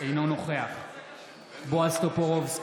אינו נוכח בועז טופורובסקי,